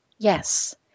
Yes